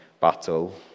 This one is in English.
battle